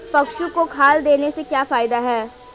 पशु को खल देने से क्या फायदे हैं?